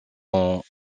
ont